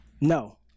No